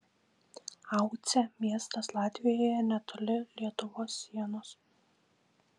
aucė miestas latvijoje netoli lietuvos sienos